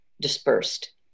dispersed